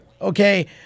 Okay